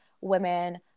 women